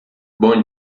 bom